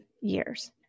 years